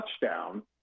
touchdown